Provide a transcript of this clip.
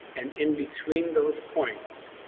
and in between those points.